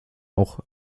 auch